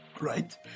right